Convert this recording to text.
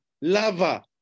Lava